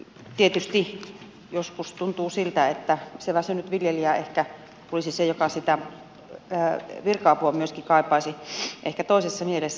tietysti joskus tuntuu siltä että se väsynyt viljelijä ehkä olisi se joka sitä virka apua myöskin kaipaisi ehkä toisessa mielessä